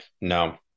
No